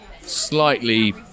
slightly